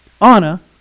Anna